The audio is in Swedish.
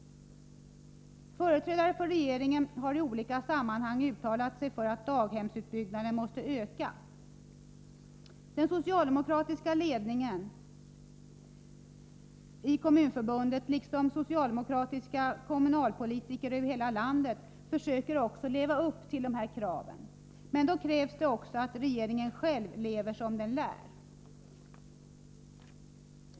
Företrädare för regeringen har i olika sammanhang uttalat sig för att daghemsutbyggnaden måste öka. Den socialdemokratiska ledningen i Kommunförbundet, liksom socialdemokratiska kommunalpolitiker över hela landet, försöker också leva upp till dessa krav. Men då krävs det också att regeringen själv lever som den lär!